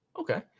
okay